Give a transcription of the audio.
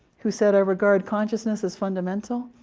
who said, i regard consciousness is fundamental.